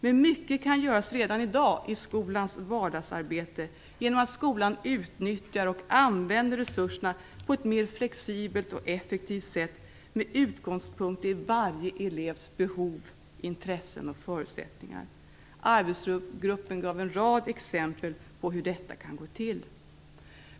Men mycket kan göras redan i dag i skolans vardagsarbete genom att skolan utnyttjar och använder resurserna på ett mer flexibelt och effektivt sätt med utgångspunkt i varje elevs behov, intressen och förutsättningar. Arbetsgruppen gav en rad exempel på hur detta kan gå till.